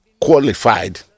qualified